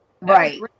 right